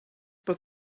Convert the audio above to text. but